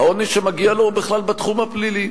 העונש שמגיע לו הוא בכלל בתחום הפלילי.